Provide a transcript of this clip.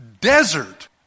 desert